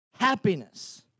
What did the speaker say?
happiness